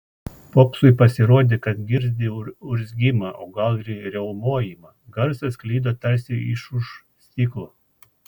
popsui pasirodė kad girdi urzgimą o gal ir riaumojimą garsas sklido tarsi iš už stiklo